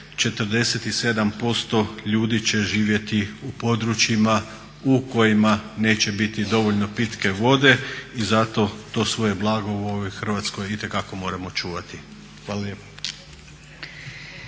47% ljudi će živjeti u područjima u kojima neće biti dovoljno pitke vode. I zato to svoje blago u ovoj Hrvatskoj itekako moramo čuvati. Hvala lijepa.